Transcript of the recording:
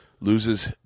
loses